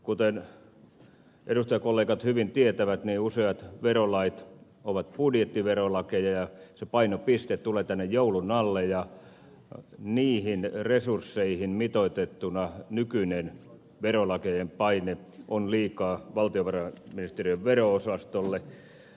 kuten edustajakollegat hyvin tietävät niin useat verolait ovat budjettiverolakeja ja se painopiste tulee tänne joulun alle ja niihin resursseihin mitoitettuna nykyinen verolakien paine on liikaa valtiovarainministeriön vero osastolle